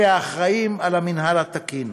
אלה האחראים למינהל התקין.